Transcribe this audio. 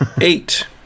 Eight